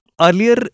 Earlier